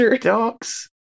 dogs